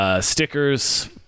stickers